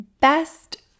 best